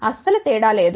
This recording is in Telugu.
అస్సలు తేడా లేదు